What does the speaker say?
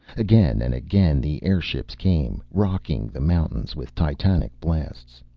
again and again the airships came, rocking the mountains with titanic blasts.